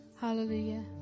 hallelujah